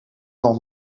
nog